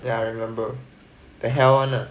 then I remember that hell one lah